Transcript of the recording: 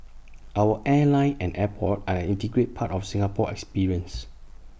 our airline and airport are an integral part of the Singapore experience